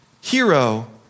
hero